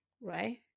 right